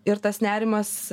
ir tas nerimas